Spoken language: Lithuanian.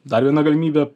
dar viena galimybė